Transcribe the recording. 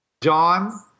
John